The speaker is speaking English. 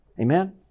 Amen